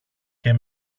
και